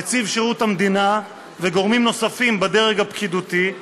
נציב שירות המדינה וגורמים נוספים בדרג הפקידותי,